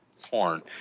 porn